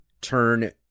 turn